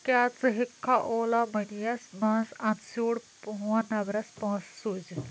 کیٛاہ ژٕ ہٮ۪کہٕ اولا مٔنی یَس منٛز ان سیوڈ فون نمبرَس پۄنٛسہٕ سوٗزِتھ